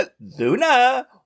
Luna